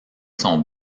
son